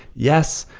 yes,